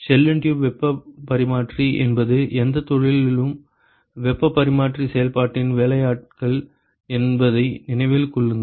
shell and tube வெப்பப் பரிமாற்றி என்பது எந்தத் தொழிலிலும் வெப்பப் பரிமாற்றச் செயல்பாட்டின் வேலையாட்கள் என்பதை நினைவில் கொள்ளுங்கள்